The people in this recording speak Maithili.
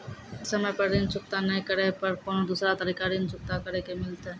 समय पर ऋण चुकता नै करे पर कोनो दूसरा तरीका ऋण चुकता करे के मिलतै?